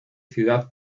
ciudad